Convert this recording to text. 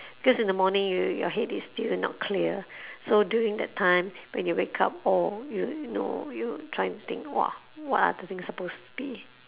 cause in the morning you your head is still not clear so during that time when you wake up oh you you know you trying to think !wah! what are the thing supposed to be